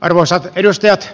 arvoisat edustajat